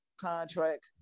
contract